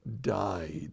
died